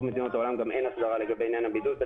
מדינות העולם אין הסדרה לגבי עניין הבידוד,